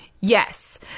Yes